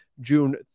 June